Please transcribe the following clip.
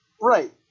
Right